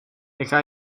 jaká